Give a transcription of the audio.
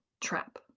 trap